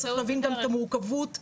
צריך להבין גם את המורכבות במוסדות,